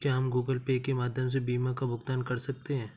क्या हम Google Pay के माध्यम से बीमा का भुगतान कर सकते हैं?